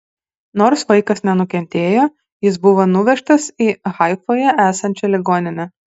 nors vaikas nenukentėjo jis buvo nuvežtas į haifoje esančią ligoninę